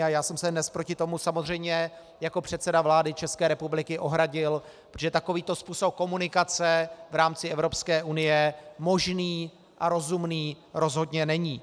A já jsem se dnes proti tomu samozřejmě jako předseda vlády České republiky ohradil, protože takovýto způsob komunikace v rámci Evropské unie možný a rozumný rozhodně není.